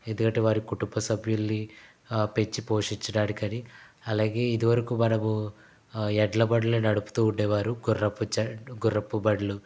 ఎందుకంటే వారి కుటుంబ సభ్యుల్ని పెంచి పోషించడానికని అలాగే ఇది వరకు మనము ఎడ్ల బండ్లను నడుపుతు ఉండేవారు గుర్రపు జ గుర్రపు బండ్లు